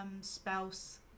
spouse